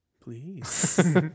Please